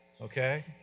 okay